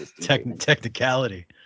technicality